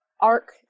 Arc